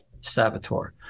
saboteur